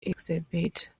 exhibit